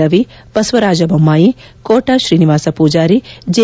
Ravi Basavaraj Bommai Kota Srinivasa Poojary J